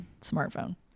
smartphone